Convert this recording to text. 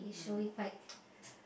mm